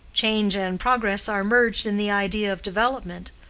change and progress are merged in the idea of development.